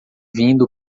vindo